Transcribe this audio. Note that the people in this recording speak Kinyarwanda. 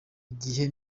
igihe